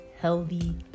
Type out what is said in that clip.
healthy